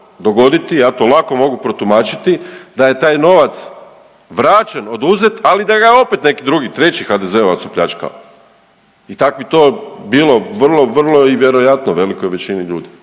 dogoditi, ja to lako mogu protumačiti da je taj novac vraćen, oduzet, ali da ga je opet neki drugi treći HDZ-ovac opljačkao i tak bi to bilo vrlo vrlo i vjerojatno velikoj većini ljudi,